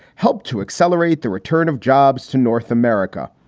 help to accelerate the return of jobs to north america.